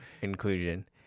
inclusion